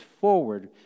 forward